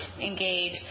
engage